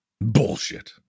Bullshit